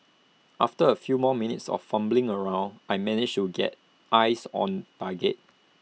after A few more minutes of fumbling around I managed to get eyes on target